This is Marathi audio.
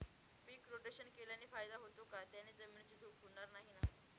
पीक रोटेशन केल्याने फायदा होतो का? त्याने जमिनीची धूप होणार नाही ना?